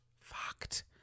Fucked